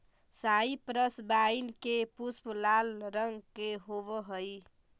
cypress vine के पुष्प लाल रंग के होवअ हई